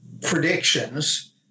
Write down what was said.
predictions